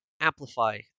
amplify